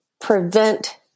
prevent